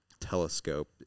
telescope